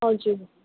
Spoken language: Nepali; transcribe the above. हजुर